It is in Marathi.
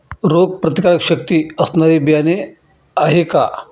रोगप्रतिकारशक्ती असणारी बियाणे आहे का?